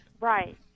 Right